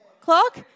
clock